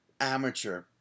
amateur